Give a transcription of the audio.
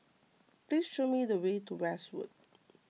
please show me the way to Westwood